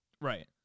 Right